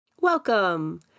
Welcome